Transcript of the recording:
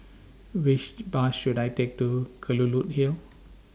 Which Bus should I Take to Kelulut Hill